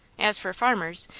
as for farmers,